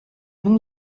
nom